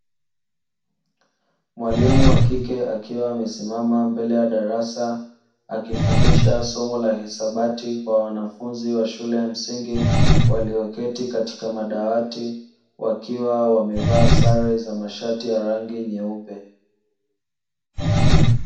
Mwalimu wa kike akiwa amesimama mbele ya darasa, akifundisha somo la hisabati kwa wanafunzi wa shule ya msingi; walioketi katika madawati, wakiwa wamevaa sare za mashati ya rangi nyeupe.